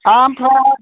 आमफ्राय